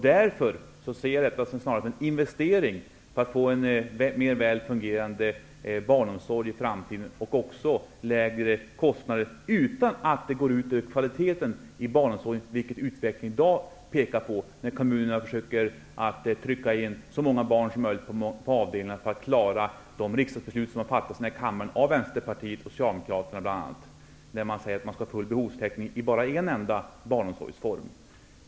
Därför ser jag detta snarast som en investering för att vi i framtiden skall få en bättre fungerande barnomsorg. Dessutom kan det bli lägre kostnader, utan att det här går ut över kvaliteten i barnomsorgen -- något som utvecklingen i dag pekar mot. Kommunerna försöker ju att trycka in så många barn som möjligt på avdelningarna för att klara bl.a. det beslut om full behovstäckning som fattats här i kammaren av Vänsterpartiet och Socialdemokraterna. Men man säger att det skall vara full behovstäckning beträffande en enda barnomsorgsform.